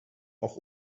auch